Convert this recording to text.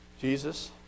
jesus